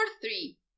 three